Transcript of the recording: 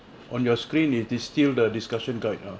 on your screen it is still the discussion guide ah